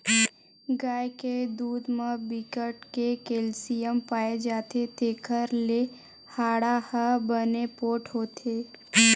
गाय के दूद म बिकट के केल्सियम पाए जाथे जेखर ले हाड़ा ह बने पोठ होथे